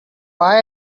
buy